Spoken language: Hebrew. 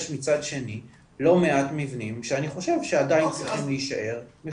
יש מצד שני לא מעט מבנים שאני חושב שעדיין צריכים להישאר בחוץ.